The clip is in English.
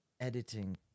editing